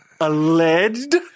alleged—